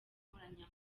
nkoranyambaga